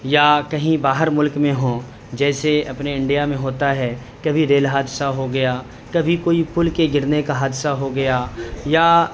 یا کہیں باہر ملک میں ہوں جیسے اپنے انڈیا میں ہوتا ہے کبھی ریل حادثہ ہو گیا کبھی کوئی پل کے گرنے کا حادثہ ہو گیا یا